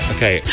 Okay